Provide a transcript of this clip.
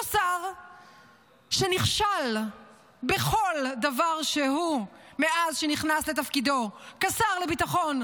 אותו שר שנכשל בכל דבר שהוא מאז שנכנס לתפקידו כשר לביטחון,